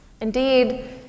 Indeed